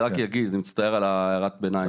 אני רק אגיד, אני מצטער על הערת הביניים.